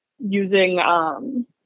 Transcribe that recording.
using